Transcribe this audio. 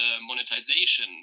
monetization